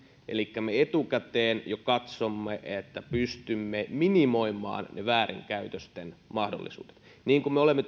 elikkä me etukäteen jo katsomme että pystymme minimoimaan ne väärinkäytösten mahdollisuudet niin kuin me olemme